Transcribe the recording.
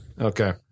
Okay